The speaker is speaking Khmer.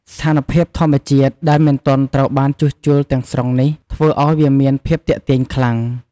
ស្ថានភាពធម្មជាតិដែលមិនទាន់ត្រូវបានជួសជុលទាំងស្រុងនេះ ធ្វើឱ្យវាមានភាពទាក់ទាញខ្លាំង។